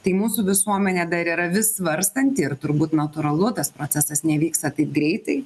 tai mūsų visuomenė dar yra vis svarstanti ir turbūt natūralu tas procesas nevyksta taip greitai